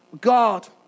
God